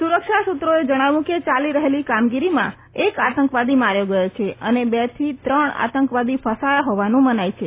સુરક્ષા સુત્રોએ જણાવ્યું કે ચાલી રહેલી કામગીરીમાં એક આતંકવાદી માર્યો ગયો છે અને બે થી ત્રણ આતંકવાદી ફસાયા હોવાનું મનાય છે